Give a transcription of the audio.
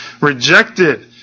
rejected